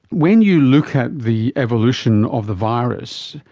when you look at the evolution of the virus,